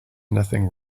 nothing